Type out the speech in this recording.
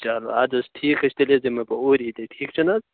چلو اَدٕ حظ ٹھیٖک حظ چھُ تیٚلہِ حظ یِمے بہٕ اوٗری أتی ٹھیٖک چھُ نہٕ حظ